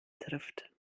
trifft